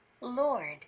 Lord